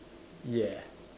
yeah